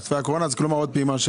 כלומר, עוד פעימה.